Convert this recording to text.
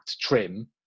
trim